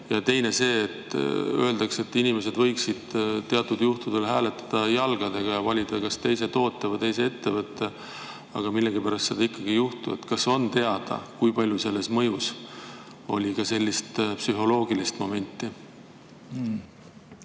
küsimusest]. Öeldakse, et inimesed võiksid teatud juhtudel hääletada jalgadega ja valida kas teise toote või teise ettevõtte, aga millegipärast seda ikkagi ei juhtu. Kas on teada, kui palju selles mõjus oli ka sellist psühholoogilist momenti?